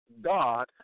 God